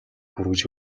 хүргэж